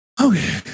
okay